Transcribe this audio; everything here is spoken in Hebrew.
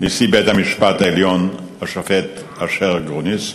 נשיא בית-המשפט העליון השופט אשר גרוניס,